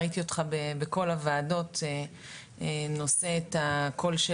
ראיתי אותך בכל הוועדות נושא את הקול של